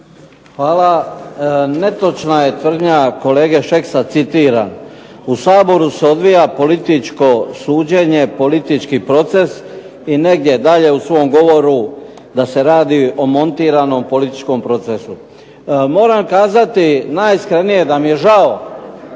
Hvala. Netočna je tvrdnja kolege Šeksa, citiram u Saboru se odvija političko suđenje, politički proces i negdje dalje u svom govoru da se radi o montiranom političkom procesu. Moram kazati najiskrenije da mi je žao,